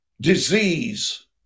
disease